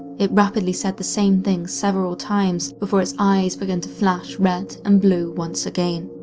it rapidly said the same thing several times before its eyes began to flash red and blue once again.